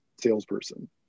salesperson